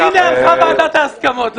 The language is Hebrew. והנה, הלכה ועדת ההסכמות.